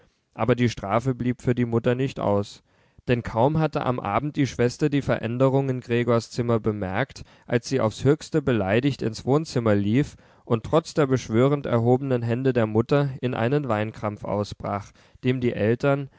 aber die strafe blieb für die mutter nicht aus denn kaum hatte am abend die schwester die veränderung in gregors zimmer bemerkt als sie aufs höchste beleidigt ins wohnzimmer lief und trotz der beschwörend erhobenen hände der mutter in einen weinkrampf ausbrach dem die eltern